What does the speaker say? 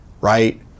right